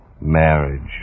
marriage